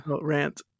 rant